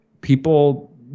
people